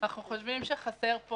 אנחנו חושבים שחסר פה